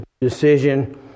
decision